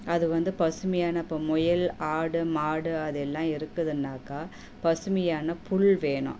அது வந்து பசுமையான இப்போ முயல் ஆடு மாடு அதெல்லாம் இருக்குதுனாக்கா பசுமையான புல் வேணும்